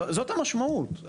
זאת המשמעות.